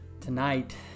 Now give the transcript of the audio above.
Tonight